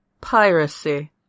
piracy